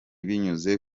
binyuze